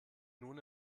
nun